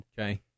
Okay